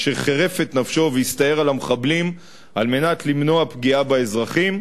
אשר חירף את נפשו והסתער על המחבלים על מנת למנוע פגיעה באזרחים,